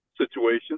situation